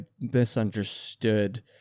misunderstood